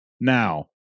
Now